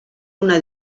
una